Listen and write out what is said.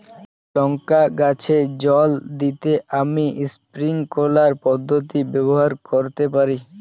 লঙ্কা গাছে জল দিতে আমি স্প্রিংকলার পদ্ধতি ব্যবহার করতে পারি?